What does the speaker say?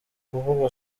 kuvugwa